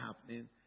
happening